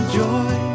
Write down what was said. joy